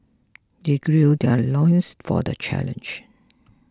they gird their loins for the challenge